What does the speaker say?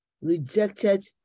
rejected